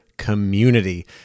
community